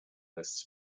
lists